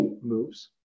moves